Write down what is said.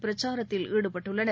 பிரச்சாரத்தில் ஈடுபட்டுள்ளனர்